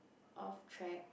off track